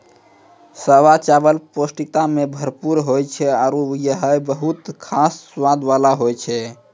सावा चावल पौष्टिकता सें भरपूर होय छै आरु हय बहुत खास स्वाद वाला होय छै